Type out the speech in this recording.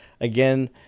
Again